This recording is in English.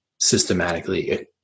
systematically